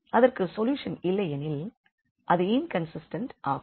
அதற்கு சொல்யூஷன் இல்லை எனில் அது இன்கண்சிஸ்டெண்ட் ஆகும்